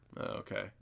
okay